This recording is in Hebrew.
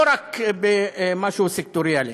לא רק משהו סקטוריאלי.